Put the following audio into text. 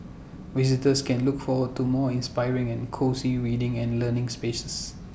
visitors can look forward to more inspiring and cosy reading and learnings spaces